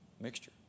Mixture